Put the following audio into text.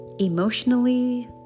emotionally